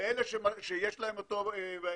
ואלה שיש להם אותו בנייד,